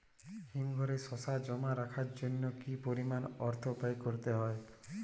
হিমঘরে শসা জমা রাখার জন্য কি পরিমাণ অর্থ ব্যয় করতে হয়?